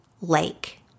lake